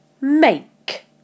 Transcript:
Make